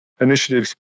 initiatives